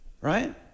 Right